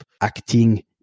acting